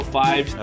five